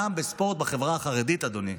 גם בספורט בחברה החרדית, אדוני,